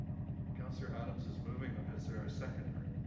councillor adam is is moving them. is there a seconder?